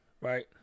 right